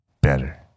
better